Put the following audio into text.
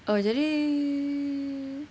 oh jadi